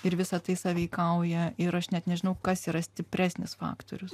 ir visa tai sąveikauja ir aš net nežinau kas yra stipresnis faktorius